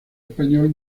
español